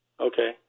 Okay